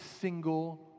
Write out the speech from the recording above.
single